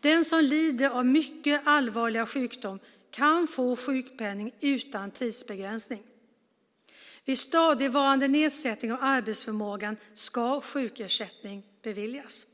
Den som lider av en mycket allvarlig sjukdom kan få sjukpenning utan tidsbegränsning. Vid stadigvarande nedsättning av arbetsförmågan ska sjukersättning beviljas.